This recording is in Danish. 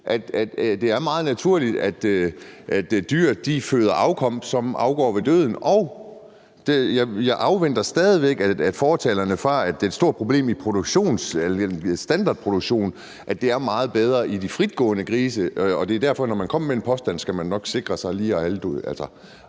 det er meget naturligt, at dyr føder afkom, som afgår ved døden, og jeg afventer stadig væk, at fortalerne for, at det er et stort problem i standardproduktionen, siger, hvorfor det er meget bedre i forhold til de fritgående grise. Det er derfor, at når man kommer med en påstand, så skal man nok sikre sig lige at